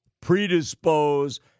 predispose